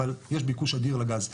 אבל יש ביקוש אדיר לגז.